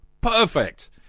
Perfect